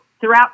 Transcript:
throughout